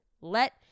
let